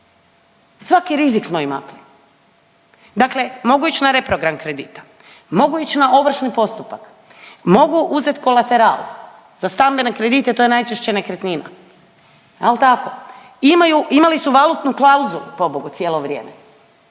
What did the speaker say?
Svaki rizik smo im makli. Dakle mogu ići na reprogram kredita, mogu ići na ovršni postupak, mogu uzeti kolateral za stambene kredite, to je najčešće nekretnina, je li tako? Imaju, imali su valutnu klauzulu, pobogu, cijelo vrijeme,